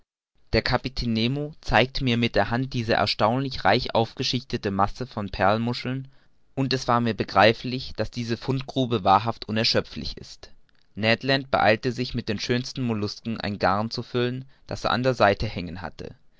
der kapitän nemo zeigte mir mit der hand diese erstaunlich reich aufgeschichtete masse von perlmuscheln und es war mir begreiflich daß diese fundgrube wahrhaft unerschöpflich ist ned land beeilte sich mit den schönsten mollusken ein garn zu füllen das er an der seite hängen hatte